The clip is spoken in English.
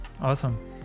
Awesome